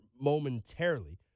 momentarily